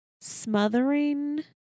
smothering